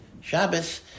Shabbos